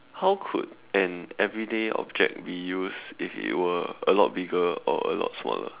how could an everyday object be used if it were a lot bigger or a lot smaller